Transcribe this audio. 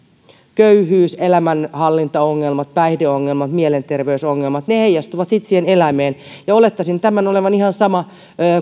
köyhyys elämänhallintaongelmat päihdeongelmat mielenterveysongelmat ne heijastuvat sitten siihen eläimeen olettaisin tämän olevan ihan sama